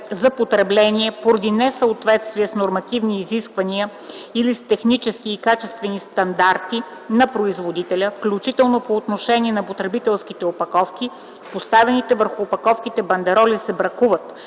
за потребление поради несъответствие с нормативни изисквания или с технически и качествени стандарти на производителя, включително по отношение на потребителските опаковки, поставените върху опаковките бандероли се бракуват